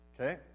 Okay